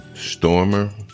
Stormer